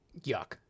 yuck